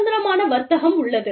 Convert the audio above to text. சுதந்திரமான வர்த்தகம் உள்ளது